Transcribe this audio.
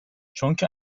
چونکه